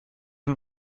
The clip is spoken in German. und